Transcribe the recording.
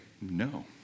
no